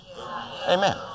Amen